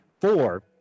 four